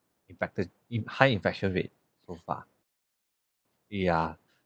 infected in high infection rate so far ya